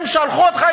הם שלחו אותך.